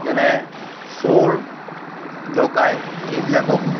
যেনে চোৰ ডকাইট এইবিলাকক